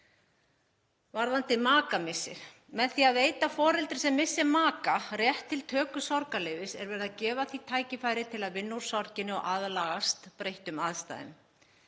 Varðandi makamissi: Með því að veita foreldri sem missir maka rétt til töku sorgarleyfis er verið að gefa því tækifæri til að vinna úr sorginni og aðlagast breyttum aðstæðum.